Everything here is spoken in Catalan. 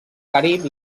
carib